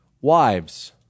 wives